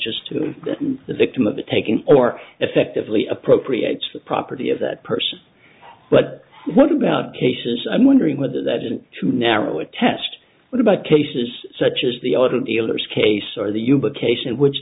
just the victim of the taking or effectively appropriates property of that person but what about cases i'm wondering whether that isn't too narrow a test what about cases such as the auto dealers case or the